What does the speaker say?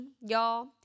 y'all